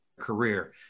career